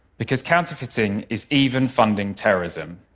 because counterfeiting is even funding terrorism.